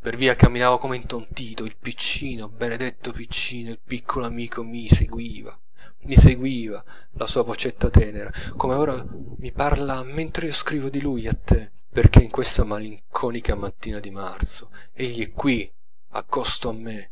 per via camminavo come intontito il piccino benedetto piccino il piccolo amico mi seguiva mi seguiva la sua vocetta tenera come ora mi parla mentr'io scrivo di lui a te perchè in questa malinconica mattina di marzo egli è qui accosto a me